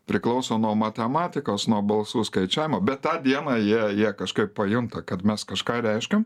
priklauso nuo matematikos nuo balsų skaičiavimo bet tą dieną jie jie kažkaip pajunta kad mes kažką reiškiam